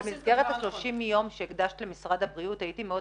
במסגרת ה-30 ימים שנתת למשרד הבריאות, הייתי מאוד